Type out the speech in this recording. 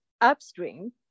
upstream